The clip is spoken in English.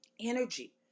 energy